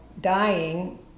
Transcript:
dying